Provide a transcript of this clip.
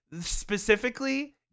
specifically